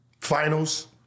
finals